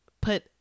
put